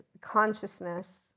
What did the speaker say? consciousness